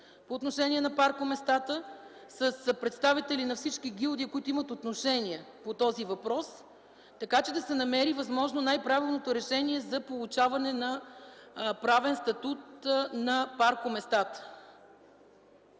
по отношение на паркоместата. С представители на всички гилдии, които имат отношение по този въпрос, се търси възможно най-правилното решение за получаване на правен статут на паркоместата.